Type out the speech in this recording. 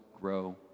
grow